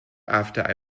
after